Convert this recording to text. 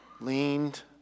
leaned